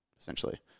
essentially